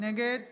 נגד